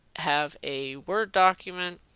have a word document